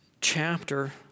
chapter